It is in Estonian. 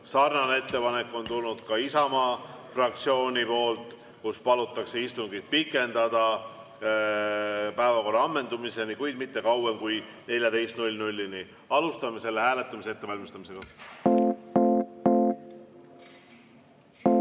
ettepanek on tulnud ka Isamaa fraktsioonilt. Nimelt palutakse istungit pikendada päevakorra ammendumiseni, kuid mitte kauem kui kella 14-ni. Alustame selle hääletamise ettevalmistamist.